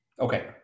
Okay